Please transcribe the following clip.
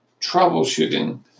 troubleshooting